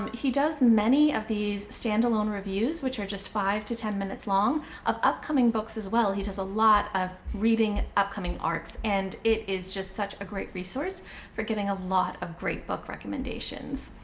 um he does many of these standalone reviews which are just five to ten minutes long of upcoming books as well. he does a lot of reading upcoming arcs. and it is just such a great resource for getting a lot of great book recommendations.